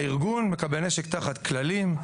הארגון מקבל נשק תחת כללים,